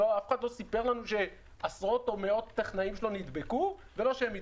אף אחד לא סיפר לנו שעשרות או מאות טכנאים שלו נדבקו ולא שהם הדביקו,